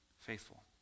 faithful